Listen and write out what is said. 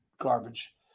garbage